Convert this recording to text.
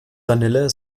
vanille